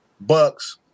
Bucks